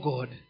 God